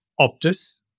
Optus